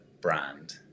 brand